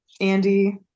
andy